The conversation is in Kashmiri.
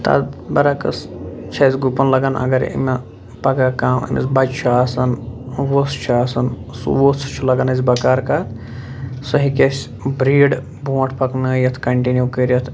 تہٕ اتھ برعکس چھِ اسہِ گُپن لگان اگر أمۍ نہ پگاہ کانٛہہ أمِس بچہِ چھُ آسان وۄژھ چھُ آسان سُہ وۄژھ چھُ لگان اسہِ بقار کتھ سُہ ہٮ۪کہِ اسہِ بریٖڈ برٛونٛٹھ پکنٲیِتھ کنٹنیو کٔرتھ